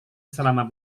selama